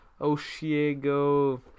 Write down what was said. Oshiego